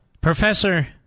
Professor